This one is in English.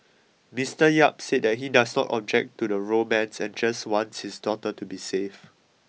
mister Yap said that he does not object to the romance and just wants his daughter to be safe